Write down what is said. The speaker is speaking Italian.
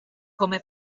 come